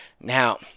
Now